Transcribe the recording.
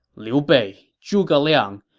liu bei, zhuge liang,